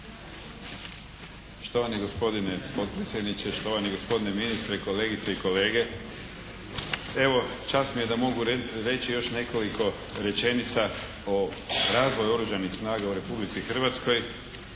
Štovani gospodine potpredsjedniče, štovani gospodine ministre, kolegice i kolege. Evo čast mi je da mogu reći još nekoliko rečenica o razvoju oružanih snaga u Republici Hrvatskoj